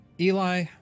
Eli